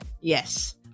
Yes